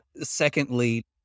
Secondly